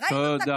תודה.